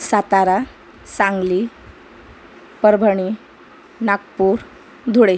Satara Sangli Parbhani Nagpur Dhule